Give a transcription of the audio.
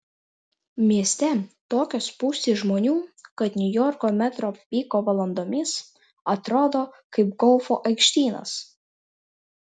mieste tokios spūstys žmonių kad niujorko metro piko valandomis atrodo kaip golfo aikštynas